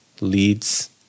leads